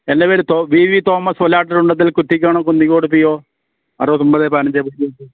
എൻ്റെ പേര് തോ വി വി തോമസ് വേലയാറ്റൂർകണ്ടത്തിൽ കുറ്റിക്കാണം കുന്നിക്കോട് പി ഒ അറുപത്തൊമ്പത് പതിനഞ്ച് പൂജ്യം എട്ട്